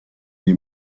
les